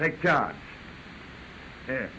like that